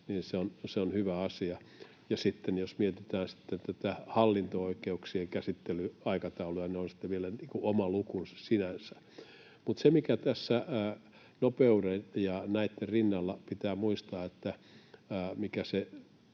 se on hyvä asia. Ja sitten jos mietitään näitä hallinto-oikeuksien käsittelyaikatauluja, niin ne ovat sitten vielä oma lukunsa sinänsä. Mutta se, mikä nopeuden ja näitten rinnalla pitää muistaa,